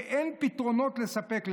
כי אין פתרונות לספק להם".